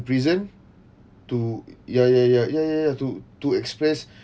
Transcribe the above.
prison to ya ya ya ya ya ya to to express